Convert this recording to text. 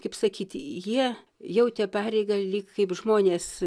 kaip sakyti jie jautė pareigą lyg kaip žmonės